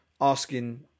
asking